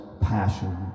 passion